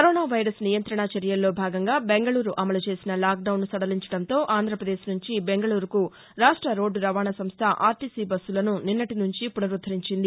corona virus నియంత్రణ చర్యల్లో భాగంగా బెంగళూరు అమలు చేసిన లాక్డౌన్ను సడలించడంతో ఆంధ్రాప్రదేశ్ నుంచి బెంగళూరుకు రాష్ట రోడ్లు రవాణా సంస్థ ఆర్టీసీ బస్సులను నిన్నటి నుంచి పునరుద్దరించారు